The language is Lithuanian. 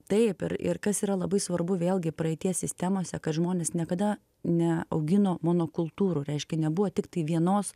taip ir ir kas yra labai svarbu vėlgi praeities sistemose kad žmonės niekada neaugino monokultūrų reiškia nebuvo tiktai vienos